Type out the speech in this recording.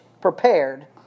prepared